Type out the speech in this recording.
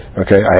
okay